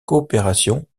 coopération